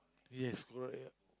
yes correct